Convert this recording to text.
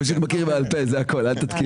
אני מכיר בעל פה, זה הכול, אל תתקילי אותה.